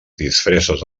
disfresses